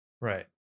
Right